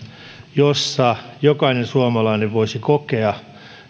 jossa jokainen suomalainen voisi kokea